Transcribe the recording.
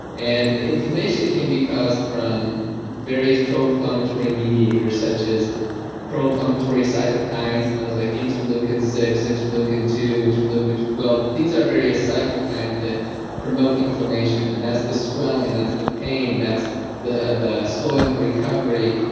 and inflammation can be caused from various pro-inflammatory mediators, such as pro-inflammatory cytokines those like interleukin six, interleukin two, interleukin twelve. these are various cytokines that promote inflammation, and that's the swelling, that's the pain, that's the the slowing of recovery,